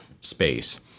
space